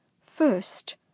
FIRST